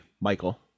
Michael